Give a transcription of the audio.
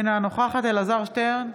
אינה נוכחת אלעזר שטרן,